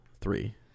three